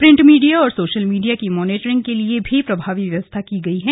print media और social media की monitoring के लिए भी प्रभावी व्यवस्था की गई है